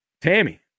Tammy